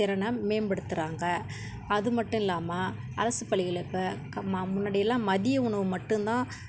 திறனை மேம்படுத்துகிறாங்க அது மட்டும் இல்லாமல் அரசுப் பள்ளிகள் இப்போ க ம முன்னாடி எல்லாம் மதிய உணவு மட்டும்தான்